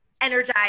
energized